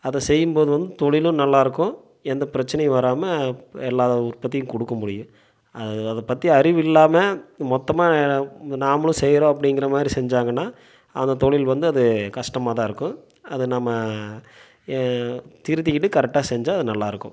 அதை செய்யும்போது வந்து தொழிலும் நல்லாயிருக்கும் எந்த பிரச்சனையும் வராமல் எல்லா உற்பத்தியும் கொடுக்க முடியும் அதை பற்றி அறிவு இல்லாமல் மொத்தமாக நாமளும் செய்கிறோம் அப்படிங்குற மாதிரி செஞ்சாங்கன்னா அந்த தொழில் வந்து அது கஷ்டமாகதான் இருக்கும் அது நம்ம திருத்திக்கிட்டு கரெக்டாக செஞ்சால் அது நல்லாயிருக்கும்